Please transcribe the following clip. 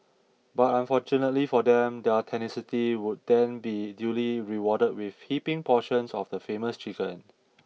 but unfortunately for them their tenacity would then be duly rewarded with heaping portions of the famous chicken